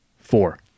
Four